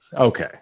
Okay